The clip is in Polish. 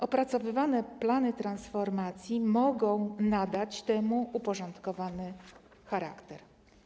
Opracowywane plany transformacji mogą nadać temu uporządkowany charakter.